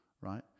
right